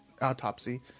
Autopsy